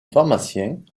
pharmacien